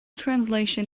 translation